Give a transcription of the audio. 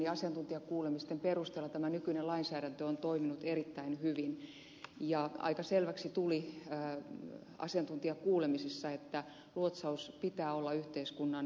asiantuntijakuulemisten perusteella tämä nykyinen lainsäädäntö on toiminut erittäin hyvin ja aika selväksi tuli asiantuntijakuulemisissa että luotsauksen pitää olla yhteiskunnan peruspalvelua